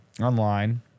online